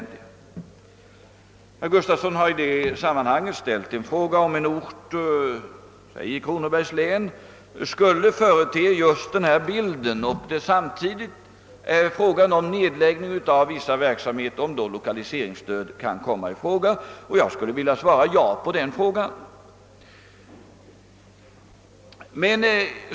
Herr Gustavsson i Alvesta ställde i det sammanhanget frågan, huruvida en ort i Kronobergs län som företedde just denna ensidiga bild och där det samtidigt var aktuellt med nedläggning av vissa verksamheter kunde erhålla lokaliseringsstöd. På den frågan vill jag svara ja.